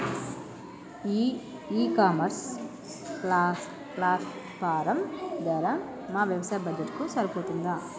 ఈ e commerce platform ధర మా వ్యవసాయ బడ్జెట్ కు సరిపోతుందా?